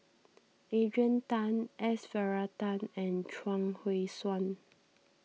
Adrian Tan S Varathan and Chuang Hui Tsuan